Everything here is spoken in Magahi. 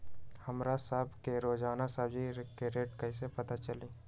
हमरा सब के रोजान सब्जी के रेट कईसे पता चली?